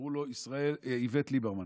קראו לו איווט ליברמן.